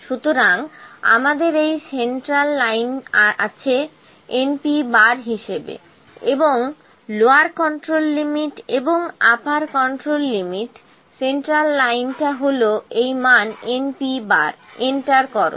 সুতরাং আমাদের এই সেন্টার লাইনটা আছে np হিসাবে এবং লোয়ার কন্ট্রোল লিমিট এবং আপার কন্ট্রোল লিমিট সেন্ট্রাল লাইনটা হল এই মান np এন্টার করো